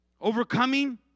Overcoming